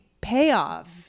payoff